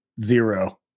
Zero